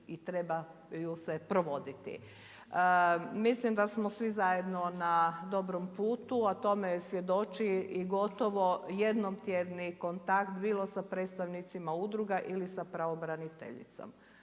i trebaju se provoditi. Mislim da smo svi zajedno na dobrom putu, a tome svjedoči i gotovo jednom tjedni kontakt bilo sa predstavnicima udruga, ili sa pravobraniteljicom.